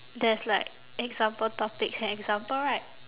there's like example topics and example right